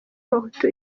abahutu